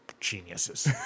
geniuses